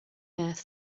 earth